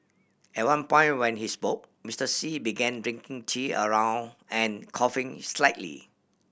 at one point when he spoke Mister Xi began drinking tea around and coughing slightly